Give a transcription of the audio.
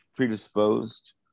Predisposed